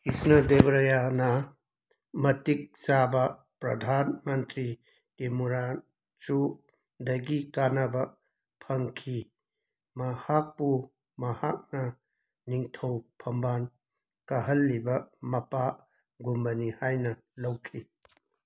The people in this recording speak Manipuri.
ꯀ꯭ꯔꯤꯁꯅꯗꯦꯕꯔꯌꯥꯅꯥ ꯃꯇꯤꯀ ꯆꯥꯕ ꯄ꯭ꯔꯙꯥꯟ ꯃꯟꯇ꯭ꯔꯤ ꯇꯤꯃꯨꯔꯥꯁꯨꯗꯒꯤ ꯀꯥꯅꯕ ꯐꯪꯈꯤ ꯃꯍꯥꯛꯄꯨ ꯃꯍꯥꯛꯅ ꯅꯤꯡꯊꯧ ꯐꯝꯕꯥꯜ ꯀꯥꯍꯜꯂꯤꯕ ꯃꯄꯥꯒꯨꯝꯕꯅꯤ ꯍꯥꯏꯅ ꯂꯧꯈꯤ